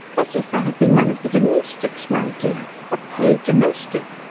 as if i had been one of the domestics, my dear a paid domestic!